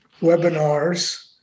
webinars